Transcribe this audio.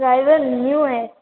driver new है